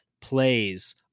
plays